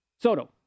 Soto